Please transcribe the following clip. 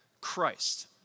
Christ